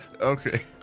Okay